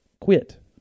Quit